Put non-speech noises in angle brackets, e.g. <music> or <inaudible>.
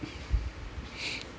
<breath>